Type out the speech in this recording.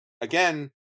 again